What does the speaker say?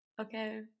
Okay